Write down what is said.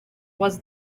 was